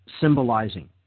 symbolizing